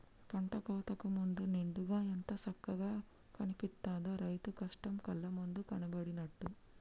పంట కోతకు ముందు నిండుగా ఎంత సక్కగా కనిపిత్తదో, రైతు కష్టం కళ్ళ ముందు కనబడినట్టు